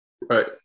right